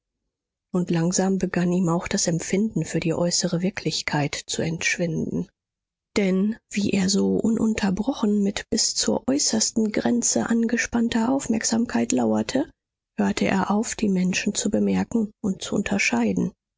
und langsam begann ihm auch das empfinden für die äußere wirklichkeit zu entschwinden denn wie er so ununterbrochen mit bis zur äußersten grenze angespannter aufmerksamkeit lauerte hörte er auf die menschen zu bemerken und zu unterscheiden